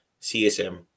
CSM